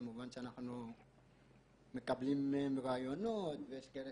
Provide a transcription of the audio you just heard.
כמובן שאנחנו מקבלים מהם רעיונות ויש כאלה